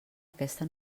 aquesta